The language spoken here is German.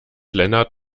lennart